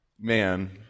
man